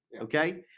okay